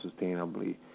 sustainably